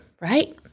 right